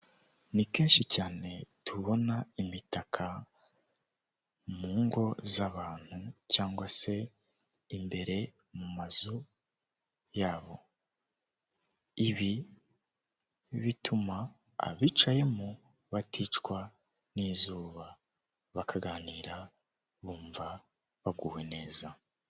Ni kenshi cyane tubona imitaka mu ngo z'abantu cyangwa se imbere mu mazu yabo, ibi bituma abicayemo baticwa n'izuba, bakaganira bumva baguwe neza.